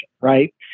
right